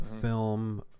film